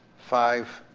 five,